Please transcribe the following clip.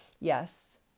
yes